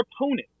opponent